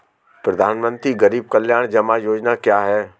प्रधानमंत्री गरीब कल्याण जमा योजना क्या है?